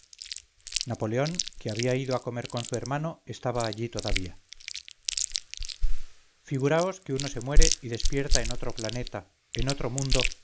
napoleón que había ido a comer con su hermano estaba allí todavía figuraos que uno se muere y despierta en otro planeta en otro mundo